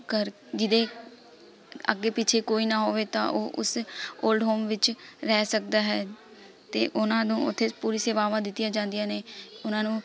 ਕਰ ਜਿਹਦੇ ਅੱਗੇ ਪਿੱਛੇ ਕੋਈ ਨਾ ਹੋਵੇ ਤਾਂ ਉਹ ਉਸ ਓਲਡ ਹੋਮ ਵਿੱਚ ਰਹਿ ਸਕਦਾ ਹੈ ਅਤੇ ਉਹਨਾਂ ਨੂੰ ਉੱਥੇ ਪੂਰੀ ਸੇਵਾਵਾਂ ਦਿੱਤੀਆ ਜਾਂਦੀਆ ਨੇ ਉਹਨਾਂ ਨੂੰ